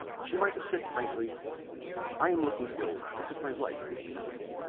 she might have said frankly i am looking ill, because my life is miserable